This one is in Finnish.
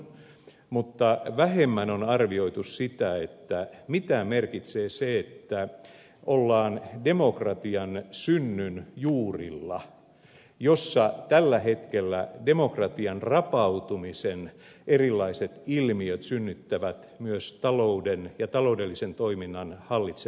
mutta vähemmän on arvioitu sitä mitä merkitsee se että ollaan demokratian synnyn juurilla jossa tällä hetkellä demokratian rapautumisen erilaiset ilmiöt synnyttävät myös talouden ja taloudellisen toiminnan hallitsemattomuutta